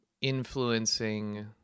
influencing